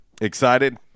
Excited